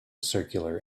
circular